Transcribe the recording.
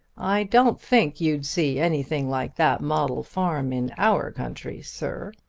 i don't think you'd see anything like that model farm in our country, sir.